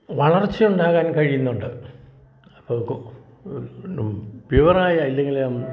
വളർച്ചയുണ്ടാകാൻ കഴിയുന്നുണ്ട് അപ്പോൾ പ്യുവറായ ഇല്ലെങ്കിൽ